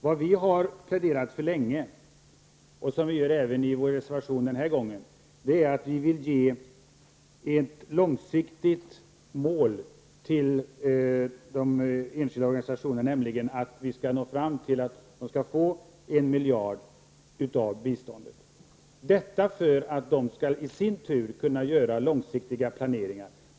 Vad vi har pläderat för länge och som vi gör i vår reservation även den här gången, är att vi vill ange ett långsiktigt mål för de enskilda organisationerna, nämligen att de skall få 1 miljard av biståndet, detta för att de i sin tur skall kunna göra långsiktiga planer.